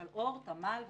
אורט, עמל וכדומה,